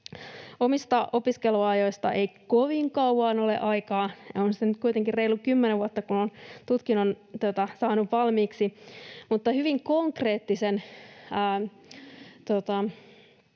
Omista opiskeluajoistani ei kovin kauan ole aikaa. On siitä nyt kuitenkin reilu kymmenen vuotta, kun olen tutkinnon saanut valmiiksi, mutta hyvin konkreettisen